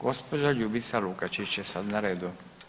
Gospođa Ljubica Lukačić je sad na redu.